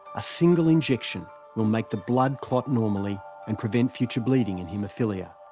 a single injection will make the blood clot normally and prevent future bleeding in haemophilia.